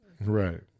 Right